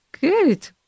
Good